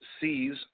sees